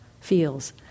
feels